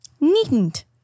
Needn't